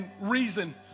reason